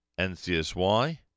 NCSY